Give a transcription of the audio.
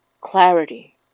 Clarity